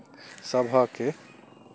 सभके